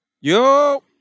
yo